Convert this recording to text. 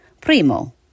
Primo